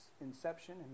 inception